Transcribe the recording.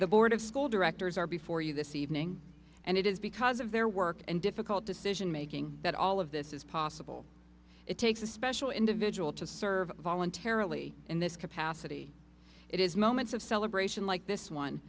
the board of school directors are before you this evening and it is because of their work and difficult decision making that all of this is possible it takes a special individual to serve voluntarily in this capacity it is moments of celebration like this one